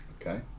Okay